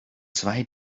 zwei